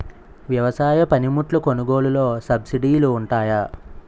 వ్యవసాయ పనిముట్లు కొనుగోలు లొ సబ్సిడీ లు వుంటాయా?